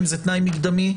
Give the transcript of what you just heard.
אם זה תנאי מקדמי,